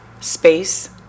space